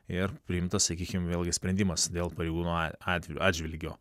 ir priimtas sakykim vėlgi sprendimas dėl pareigūno at atvejo atžvilgio